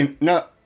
no